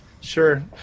Sure